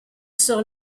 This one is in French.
sur